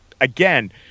again